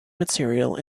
material